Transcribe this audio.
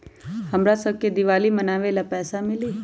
हमरा शव के दिवाली मनावेला पैसा मिली?